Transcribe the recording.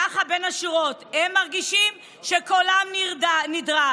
ככה, בין השורות, הם מרגישים שקולם נדרס,